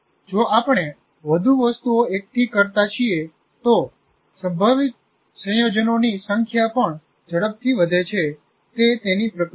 જો આપણે વધુ વસ્તુઓ એકઠી કરતા રહીએ તો સંભવિત સંયોજનોની સંખ્યા પણ ઝડપથી વધે છે તે તેની પ્રકૃતિ છે